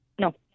No